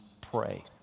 pray